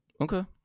Okay